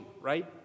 right